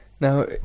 now